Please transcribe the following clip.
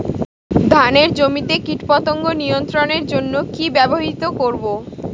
ধানের জমিতে কীটপতঙ্গ নিয়ন্ত্রণের জন্য কি ব্যবহৃত করব?